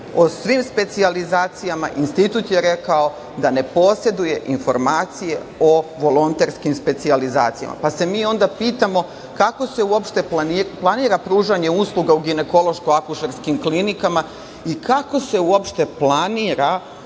o svim specijalizacijama, Institut je rekao da ne poseduje informacije o volonterskim specijalizacijama. Mi se onda pitamo, kako se uopšte planira pružanje usluga u ginekološko-akušerskim klinikama i kako se uopšte planira